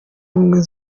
ubumwe